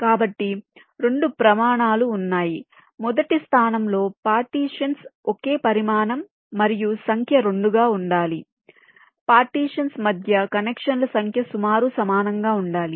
కాబట్టి 2 ప్రమాణాలు ఉన్నాయి మొదటి స్థానంలో పార్టీషన్స్ ఒకే పరిమాణం మరియు సంఖ్య 2 గా ఉండాలి పార్టీషన్స్ మధ్య కనెక్షన్ల సంఖ్య సుమారు సమానంగా ఉండాలి